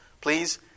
please